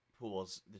pools